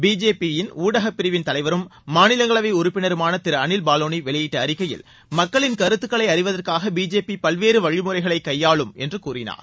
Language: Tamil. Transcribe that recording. பிஜேபியின் ஊடகப்பிரிவின் தலைவரும் மாநிலங்களவை உறப்பினருமான திரு அனில் பாலோனி வெளியிட்ட அறிக்கையில் மக்களின் கருத்துக்களை அறிவதற்காக பிஜேபி பல்வேறு வழிமுறைகளை கையாளும் என்று கூறினார்